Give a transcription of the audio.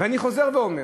ואני חוזר ואומר